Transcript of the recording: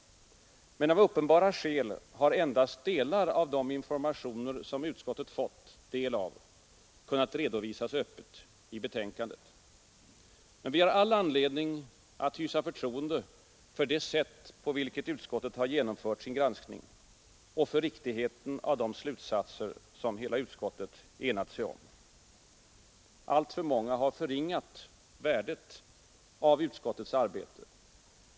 Men av uppenbara skäl har endast delar av de informationer som utskottet fått del av kunnat redovisas öppet i betänkandet. Vi har emellertid all anledning att hysa förtroende för det sätt på vilket utskottet genomfört sin granskning och för riktigheten av de slutsatser som hela utskottet enat sig om. Alltför många har förringat värdet av utskottets arbete.